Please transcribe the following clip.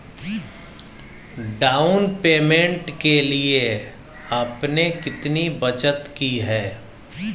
Down payment के लिए आपने कितनी बचत की है?